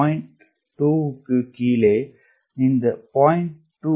2 க்கு கீழே இந்த 0